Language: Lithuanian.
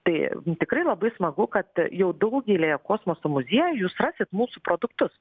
tai tikrai labai smagu kad jau daugelyje kosmoso muziejų jūs rasit mūsų produktus